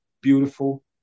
beautiful